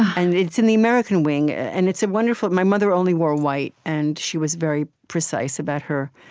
and it's in the american wing, and it's a wonderful my mother only wore white, and she was very precise about her